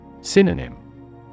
Synonym